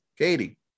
Katie